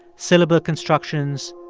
syllable constructions,